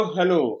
Hello